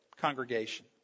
congregation